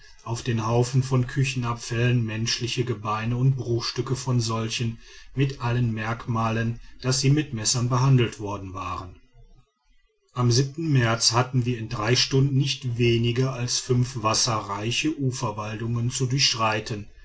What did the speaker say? auf den haufen von küchenabfällen menschliche gebeine und bruchstücke von solchen mit allen merkmalen daß sie mit messern behandelt worden waren am märz hatten wir in drei stunden nicht weniger als fünf wasserreiche uferwälder zu durchschreiten